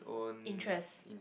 interest